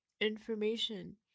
information